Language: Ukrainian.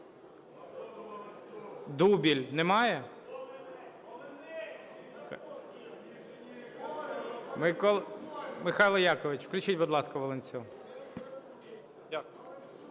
Дубіль. Немає? Михайло Якович. Включіть, будь ласка, Волинцю.